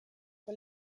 sur